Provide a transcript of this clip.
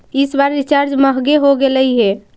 इस बार रिचार्ज महंगे हो गेलई हे